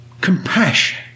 Compassion